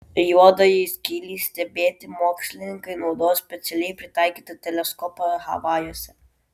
juodajai skylei stebėti mokslininkai naudojo specialiai pritaikytą teleskopą havajuose